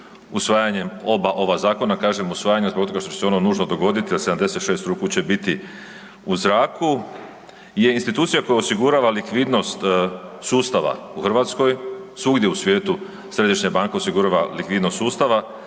usvajanjem oba ova zakona, kažem usvajanje zbog toga što će se ono nužno dogoditi, a 76 ruku će biti u zraku je institucija koja osigurava likvidnost sustava u Hrvatskoj. Svugdje u svijetu središnja banka osigurava likvidnost sustava,